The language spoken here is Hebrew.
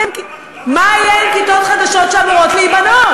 מה יהיה עם כיתות חדשות שאמורות להיבנות?